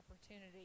opportunity